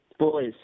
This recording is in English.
Boys